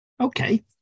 Okay